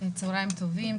צוהרים טובים.